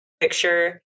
picture